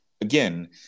Again